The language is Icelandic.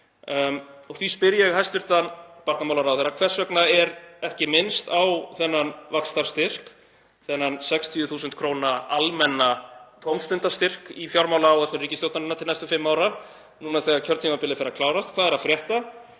Því spyr ég hæstv. barnamálaráðherra: Hvers vegna er ekki minnst á þennan vaxtarstyrk, þennan 60.000 kr. almenna tómstundastyrk í fjármálaáætlun ríkisstjórnarinnar til næstu fimm ára núna þegar kjörtímabilið fer að klárast? Hvað er að frétta